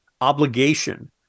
obligation